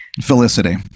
Felicity